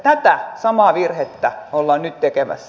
tätä samaa virhettä ollaan nyt tekemässä